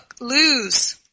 lose